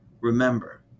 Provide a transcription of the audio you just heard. remember